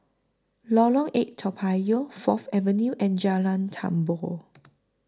Lorong eight Toa Payoh Fourth Avenue and Jalan Tambur